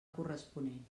corresponent